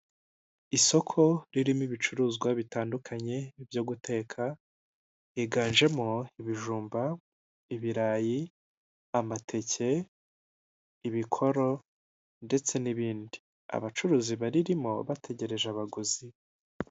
Isoko ririmo ibicuruzwa bitandukanye byo guteka higanjemo ibijumba, ibirayi, amateke, ibikoro ndetse n'ibindi. Abacuruzi baririmo bategereje abaguzi.